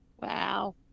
Wow